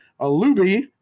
Alubi